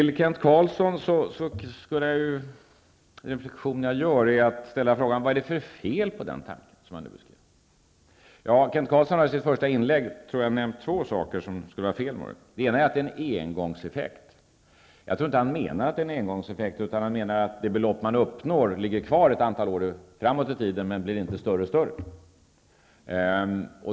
Till Kent Carlsson skulle jag, mot bakgrund av den reflexion jag nyss gjorde, vilja ställa frågan: Vad är det för fel på den tanke som jag nyss beskrev? Kent Carlsson har i sitt första inlägg nämnt två invändningar mot den. Den ena är att det är en engångseffekt. Jag tror inte att han menar att det är en engångseffekt utan att han menar att det belopp man uppnår ligger kvar ett antal år framåt i tiden men inte blir större och större.